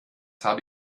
habe